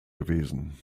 gewesen